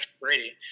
Brady